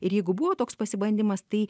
ir jeigu buvo toks pasibandymas tai